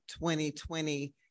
2020